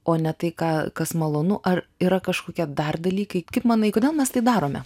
o ne tai ką kas malonu ar yra kažkokie dar dalykai kaip manai kodėl mes tai darome